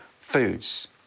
foods